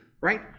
right